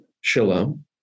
shalom